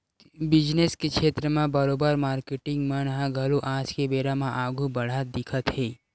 business के छेत्र म बरोबर मारकेटिंग मन ह घलो आज के बेरा म आघु बड़हत दिखत हे